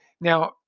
Now